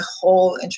whole